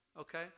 Okay